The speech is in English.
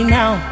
now